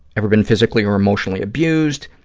ever been physically or emotionally abused?